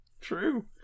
true